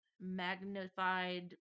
magnified